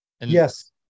Yes